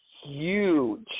huge